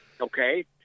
okay